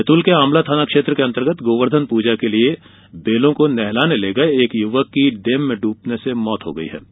बैतूल के आमला थाना क्षेत्र के अंतर्गत गोवर्धन पूजा के लिये बैलों को नहलाने ले गये एक युवक की डेम में डूबने से मौत हो गयी